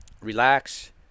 relax